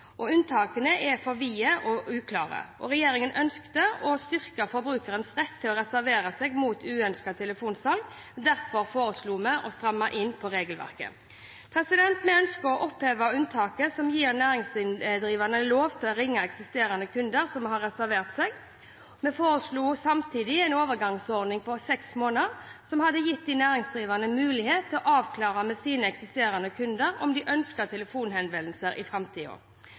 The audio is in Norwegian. Unntakene er for vide og uklare. Regjeringen ønsker å styrke forbrukernes rett til å reservere seg mot uønsket telefonsalg, derfor foreslo vi å stramme inn på regelverket. Vi ønsket å oppheve unntaket som gir næringsdrivende lov til å ringe eksisterende kunder som har reservert seg. Vi foreslo samtidig en overgangsordning på seks måneder, som hadde gitt de næringsdrivende mulighet til å avklare med sine eksisterende kunder om de ønsker telefonhenvendelser i framtida.